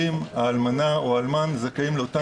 האלמנה או האלמן זכאים לאותן זכויות.